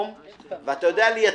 ואתה יודע לייצר.